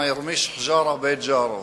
מא ירמיש חג'ארה בית ג'ארו".